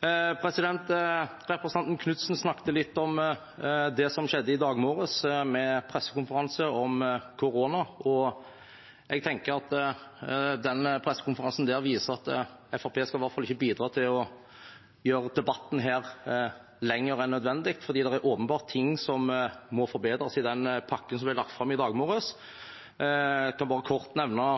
Representanten Knutsen snakket litt om det som skjedde i morges – pressekonferansen om korona. Jeg tenker at pressekonferansen viste at Fremskrittspartiet i hvert fall ikke skal bidra til å gjøre debatten her lengre enn nødvendig, for det er åpenbart ting som må forbedres i den pakken som ble lagt fram. Jeg skal bare kort nevne